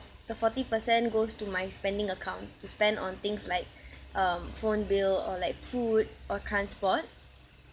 the forty percent goes to my spending account to spend on things like um phone bill or like food or transport